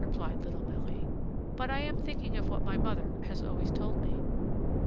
replied little marie but i am thinking of what my mother has always told me